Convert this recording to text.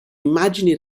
immagini